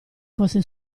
fosse